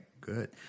Good